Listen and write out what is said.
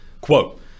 Quote